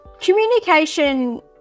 communication